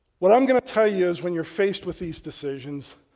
what i'm going to tell you is when you're faced with these decisions,